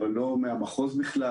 אבל לא מהמחוז בכלל.